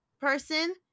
person